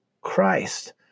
Christ